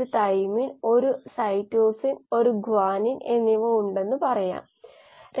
H കോശങ്ങളുടെ ഊർജ്ജ നിലയുമായി